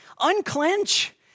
unclench